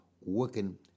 working